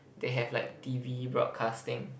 they have like T_V broadcasting